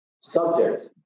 subject